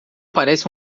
parece